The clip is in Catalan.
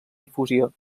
difusió